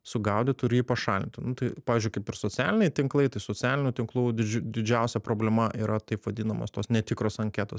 sugaudytų ir jį pašalintų nu tai pavyzdžiui kaip ir socialiniai tinklai tai socialinių tinklų didžiu didžiausia problema yra taip vadinamos tos netikros anketos